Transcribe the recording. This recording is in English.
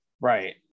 right